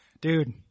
dude